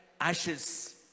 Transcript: ashes